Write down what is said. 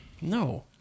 No